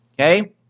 Okay